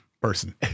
person